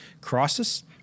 crisis